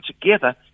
together